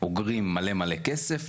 אוגרים מלא מלא כסף,